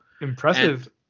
Impressive